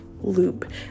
loop